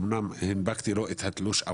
אומנם הנפקתי לו את התלוש,